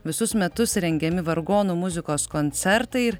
visus metus rengiami vargonų muzikos koncertai ir